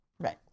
Right